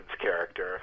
character